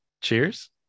Cheers